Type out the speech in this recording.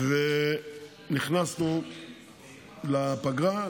נכסנו לפגרה,